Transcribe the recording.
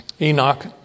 Enoch